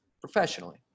professionally